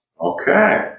Okay